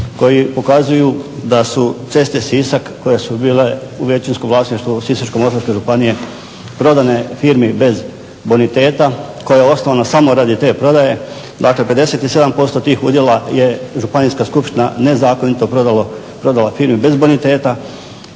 koji pokazuju da su Ceste Sisak koje su bile u većinskom vlasništvu Sisačko-moslavačke županije prodane firmi bez boniteta koja je osnovana samo radi te prodaje, dakle 57% tih udjela je županijska skupština nezakonito prodala firmi bez boniteta,